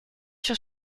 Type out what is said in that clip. sur